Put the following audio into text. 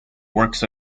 works